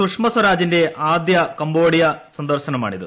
സുഷമസ്വരാജിന്റെ ആദ്യ കംബോഡിയ സന്ദർശനമാണിത്